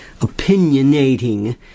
opinionating